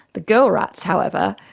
but girl rats however,